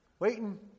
waiting